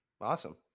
Awesome